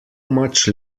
much